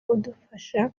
uzadufasha